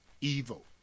evil